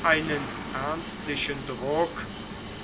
einen ernstlichen druck